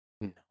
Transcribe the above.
no